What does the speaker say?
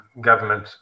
government